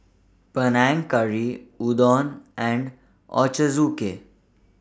Panang Curry Udon and Ochazuke